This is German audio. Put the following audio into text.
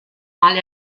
mal